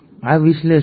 આ વિશ્લેષણ છે